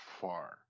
far